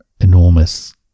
enormous